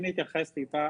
אם נתייחס טיפה,